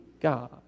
God